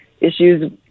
issues